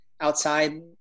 outside